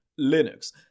Linux